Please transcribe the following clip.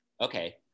Okay